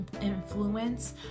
influence